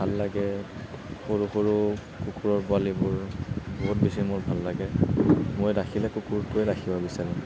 ভাল লাগে সৰু সৰু কুকুৰৰ পোৱালীবোৰ বহুত বেছি মোৰ ভাল লাগে মই ৰাখিলে কুকুৰটোৱে ৰাখিব বিচাৰিম